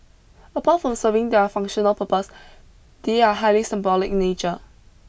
apart from serving their functional purpose they are highly symbolic in nature